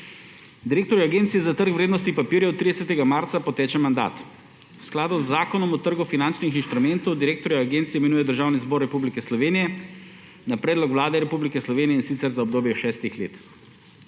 Direktorju Agencije za trg vrednostnih papirjev 30. marca poteče mandat. V skladu z Zakonom o trgu finančnih inštrumentov direktorja Agencije imenuje Državni zbor Republike Slovenije na predlog Vlade Republike Slovenije, in sicer za obdobje šestih let.